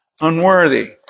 unworthy